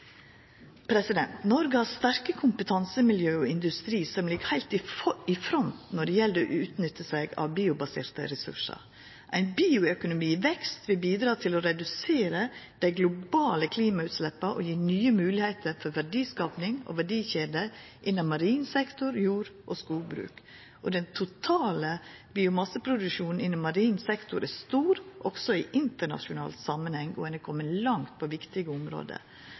Noreg har sterke kompetansemiljø og industri som ligg heilt i front når det gjeld å gjera seg nytte av biobaserte ressursar. Ein bioøkonomi i vekst vil bidra til å redusera dei globale klimagassutsleppa og gje nye moglegheiter for verdiskaping og verdikjeder innanfor marin sektor, jordbruk og skogbruk. Den totale biomasseproduksjonen innanfor marin sektor er stor, også i internasjonal samanheng, og ein er komen langt på viktige område.